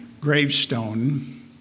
gravestone